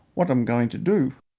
what um going to do?